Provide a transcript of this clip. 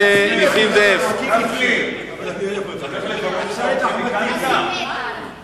נמצאים אתנו אורחים מוויניפג בקנדה.